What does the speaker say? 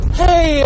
hey